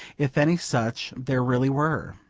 if any such there really were.